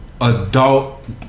adult